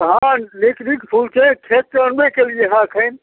हँ नीक नीक फूल छै खेतसँ अनबे कएलिए हँ एखन